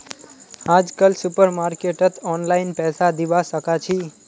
आजकल सुपरमार्केटत ऑनलाइन पैसा दिबा साकाछि